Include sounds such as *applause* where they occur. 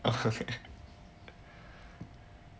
*laughs*